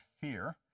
fear